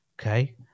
okay